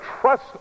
trust